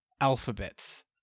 alphabets